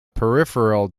peripheral